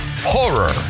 horror